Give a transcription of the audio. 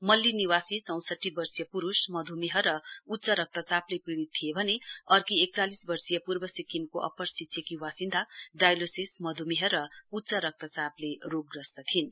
मल्ली निवासी चौंसठी वर्षिय पुरुष मधुमेह र उच्च रक्तचापले पीढ़ित थिए भने अर्की एकचालिस वर्षिय पूर्व सिक्किमको अप्पर सिच्छेकी वासिन्दा डायलोसिस मधुमेघ र उच्च रक्तचाप रोगग्रस्त थिइन्